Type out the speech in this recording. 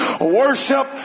worship